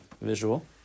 visual